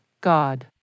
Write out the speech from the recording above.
God